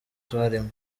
twarimo